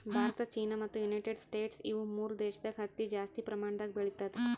Bharat China ಮತ್ತ್ United States ಇವ್ ಮೂರ್ ದೇಶದಾಗ್ ಹತ್ತಿ ಜಾಸ್ತಿ ಪ್ರಮಾಣದಾಗ್ ಬೆಳಿತದ್